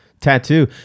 tattoo